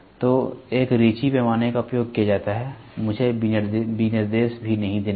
तो एक रीचि पैमाने का उपयोग किया जाता है मुझे विनिर्देश भी नहीं देने दें